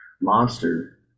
monster